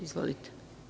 Izvolite.